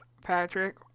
Patrick